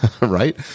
right